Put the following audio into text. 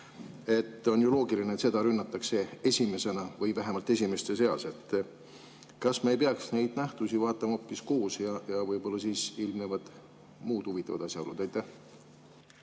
On ju loogiline, et seda rünnatakse esimesena või vähemalt esimeste seas. Kas me ei peaks neid nähtusi vaatama hoopis koos? Võib-olla siis ilmnevad ka muud huvitavad asjaolud. Aitäh